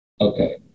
Okay